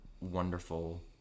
wonderful